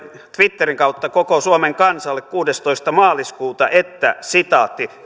twitterin kautta koko suomen kansalle kuudestoista maaliskuuta että